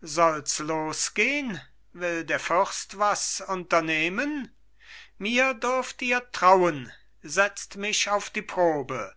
solls losgehn will der fürst was unternehmen mir dürft ihr trauen setzt mich auf die probe